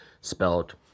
spelled